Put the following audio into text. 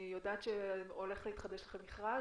אני יודעת שהולך להתחדש לכם מכרז,